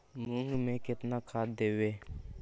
मुंग में केतना खाद देवे?